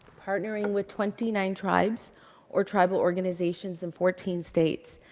partnering with twenty nine tribes or tribal organizations in fourteen states.